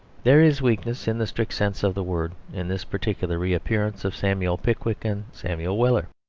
there is weakness in the strict sense of the word in this particular reappearance of samuel pickwick and samuel weller.